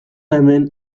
hemen